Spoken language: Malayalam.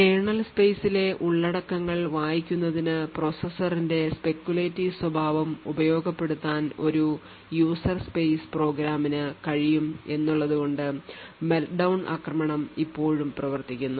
കേർണൽ സ്പെയ്സിലെ ഉള്ളടക്കങ്ങൾ വായിക്കുന്നതിന് പ്രോസസ്സറിന്റെ speculative സ്വഭാവം ഉപയോഗപ്പെടുത്താൻ ഒരു user സ്പേസ് പ്രോഗ്രാമിനു കഴിയും എന്നുള്ളതുകൊണ്ട് meltdown ആക്രമണം ഇപ്പോഴും പ്രവർത്തിക്കുന്നു